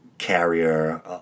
Carrier